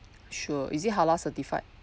sure is it halal certified